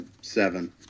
Seven